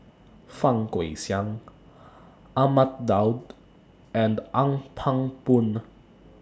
Fang Guixiang Ahmad Daud and Ong Pang Boon